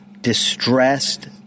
distressed